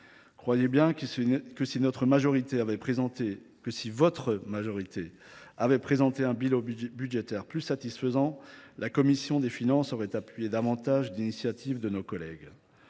Croyez bien que, si votre majorité avait présenté un équilibre budgétaire plus satisfaisant, la commission des finances aurait soutenu davantage d’initiatives de nos collègues.